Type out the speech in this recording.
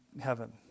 heaven